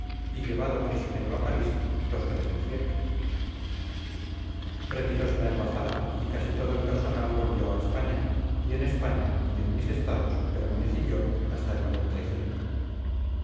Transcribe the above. y llevado prisionero a parís los presencié retirose la embajada y casi todo el personal volvió a españa y en españa y en mis estados permanecí yo hasta el como